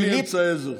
בלי אמצעי עזר.